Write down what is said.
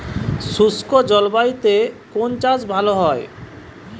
শুষ্ক জলবায়ুতে কোন চাষ ভালো হয়?